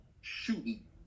shooting